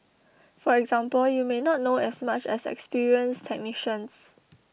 for example you may not know as much as experienced technicians